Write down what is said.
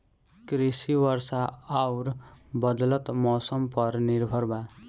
कृषि वर्षा आउर बदलत मौसम पर निर्भर बा